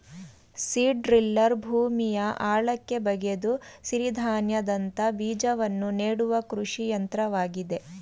seed driller ಭೂಮಿಯ ಆಳಕ್ಕೆ ಬಗೆದು ಸಿರಿಧಾನ್ಯದಂತ ಬೀಜವನ್ನು ನೆಡುವ ಕೃಷಿ ಯಂತ್ರವಾಗಿದೆ